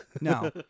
no